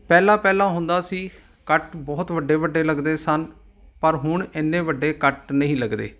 ਪਹਿਲਾਂ ਪਹਿਲਾਂ ਹੁੰਦਾ ਸੀ ਕੱਟ ਬਹੁਤ ਵੱਡੇ ਵੱਡੇ ਲੱਗਦੇ ਸਨ ਪਰ ਹੁਣ ਇੰਨੇ ਵੱਡੇ ਕੱਟ ਨਹੀਂ ਲੱਗਦੇ